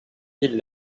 ville